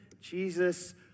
Jesus